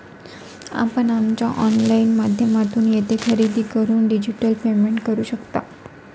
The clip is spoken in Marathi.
आपण आमच्या ऑनलाइन माध्यमातून येथे खरेदी करून डिजिटल पेमेंट करू शकता